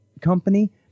company